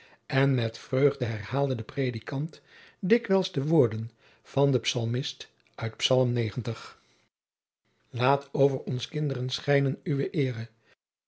en met vreugde herhaalde de predikant dikwijls de woorden van den psalmist uit psalm negentig laet over ons kinderen schijnen uwe eere